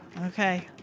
Okay